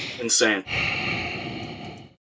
Insane